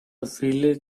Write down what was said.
village